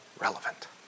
relevant